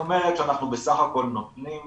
זאת אומרת שאנחנו בסך הכל נותנים